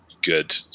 good